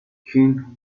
keene